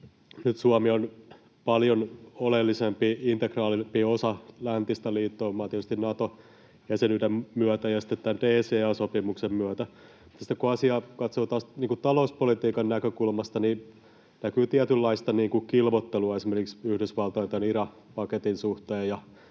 Nyt Suomi on paljon oleellisempi, integraalimpi osa läntistä liittoumaa tietysti Nato-jäsenyyden myötä ja sitten tämän DCA-sopimuksen myötä. Sitten kun asiaa katsoo taas talouspolitiikan näkökulmasta, niin näkyy tietynlaista kilvoittelua esimerkiksi Yhdysvaltain IRA-paketin suhteen